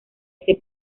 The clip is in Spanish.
ese